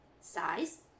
size